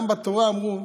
גם בתורה אמרו: